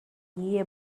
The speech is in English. year